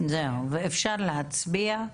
אפשר להצביע.